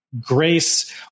Grace